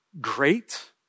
great